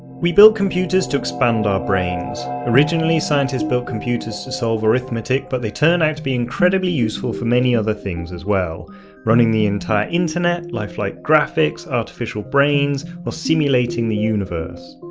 we built computers to expand our brains. originally scientists build computers to solve arithmetic, but they turned out to be incredibly useful for many other things as well running the entire internet, lifelike graphics, artificial brains or simulating the universe,